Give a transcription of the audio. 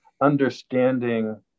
understanding